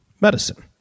Medicine